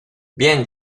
bien